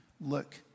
look